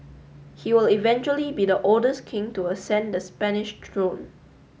he will eventually be the oldest king to ascend the Spanish throne